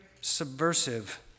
subversive